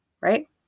right